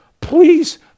Please